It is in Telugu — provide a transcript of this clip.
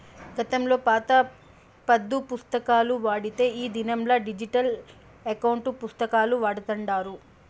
గతంలో పాత పద్దు పుస్తకాలు వాడితే ఈ దినంలా డిజిటల్ ఎకౌంటు పుస్తకాలు వాడతాండారు